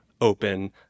open